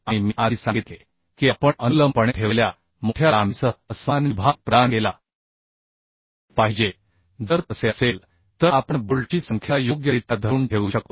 आणि मी आधी सांगितले की आपण अनुलंबपणे ठेवलेल्या मोठ्या लांबीसह असमान विभाग प्रदान केला पाहिजे जर तसे असेल तर आपण बोल्टची संख्या योग्यरित्या धरून ठेवू शकतो